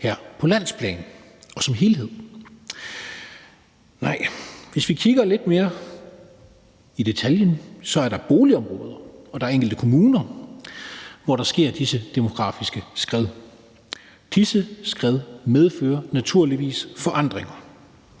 til, på landsplan og som helhed. Nej, hvis vi kigger lidt mere ned i detaljen, er der boligområder og enkelte kommuner, hvor der sker disse demografiske skred. Disse skred medfører naturligvis forandringer.